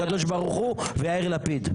הקדוש ברוך הוא ויאיר לפיד.